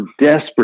desperate